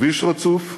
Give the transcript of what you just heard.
כביש רצוף,